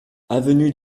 avenue